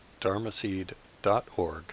dharmaseed.org